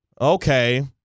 Okay